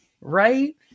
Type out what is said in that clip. right